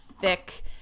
thick